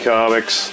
Comics